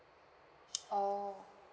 oh